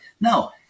no